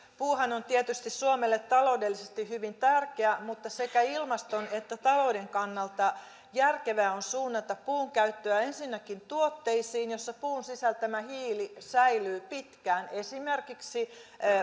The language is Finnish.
puuhan on tietysti suomelle taloudellisesti hyvin tärkeää mutta sekä ilmaston että talouden kannalta järkevää on suunnata puunkäyttöä ensinnäkin tuotteisiin joissa puun sisältämä hiili säilyy pitkään esimerkiksi